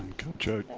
kupcho,